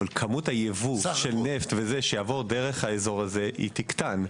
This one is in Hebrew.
אבל כמות היבוא של הנפט שיעבור באזור הזה תקטן.